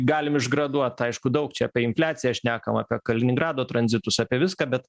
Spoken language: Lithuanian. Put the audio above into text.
galim išgraduoti aišku daug čia apie infliaciją šnekam kad kaliningrado tranzitus apie viską be